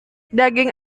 daging